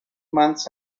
months